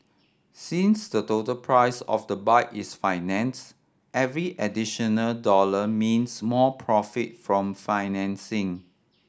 since the total price of the bike is financed every additional dollar means more profit from financing